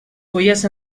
fulles